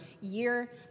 year